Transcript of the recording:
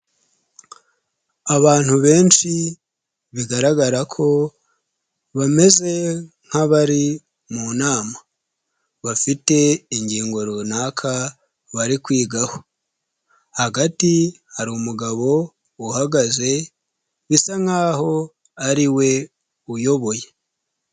Abantu benshi bigaragara ko bameze nk'abari mu nama bafite ingingo runaka bari kwigaho hagati hari umugabo uhagaze bisa nk'aho ariwe uyoboye.